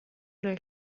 nel